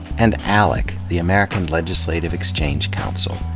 and alec, the american legislative exchange council.